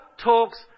talks